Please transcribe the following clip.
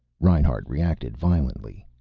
reinhart reacted violently.